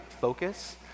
focus